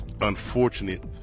unfortunate